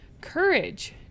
courage